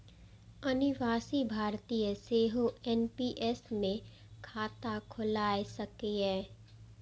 अनिवासी भारतीय सेहो एन.पी.एस मे खाता खोलाए सकैए